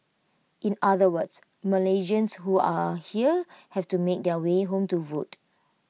in other words Malaysians who are here have to make their way home to vote